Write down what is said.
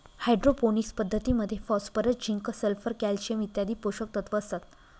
hydroponics पद्धतीमध्ये phosphorus, zinc, sulphur, calcium इत्यादी पोषकतत्व असतात